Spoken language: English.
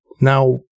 Now